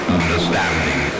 understanding